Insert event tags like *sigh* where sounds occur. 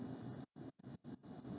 *laughs*